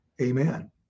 Amen